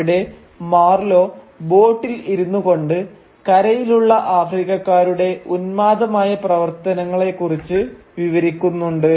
അവിടെ മാർലോ ബോട്ടിൽ ഇരുന്ന് കൊണ്ട് കരയിലുള്ള ആഫ്രിക്കക്കാരുടെ ഉന്മാദമായ പ്രവർത്തനങ്ങളെക്കുറിച്ച് വിവരിക്കുന്നുണ്ട്